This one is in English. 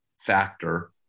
factor